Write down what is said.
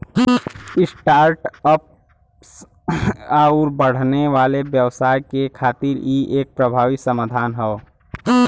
start ups आउर बढ़ने वाले व्यवसाय के खातिर इ एक प्रभावी समाधान हौ